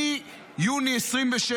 מיוני 2026,